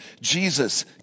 Jesus